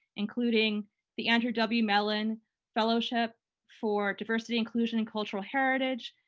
including the andrew w. mellon fellowship for diversity, inclusion and cultural heritage.